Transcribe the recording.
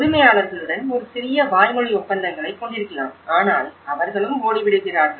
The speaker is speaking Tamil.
உரிமையாளர்களுடன் ஒரு சிறிய வாய்மொழி ஒப்பந்தங்களைக் கொண்டிருக்கலாம் ஆனால் அவர்களும் ஓடிவிடுகிறார்கள்